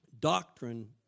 Doctrine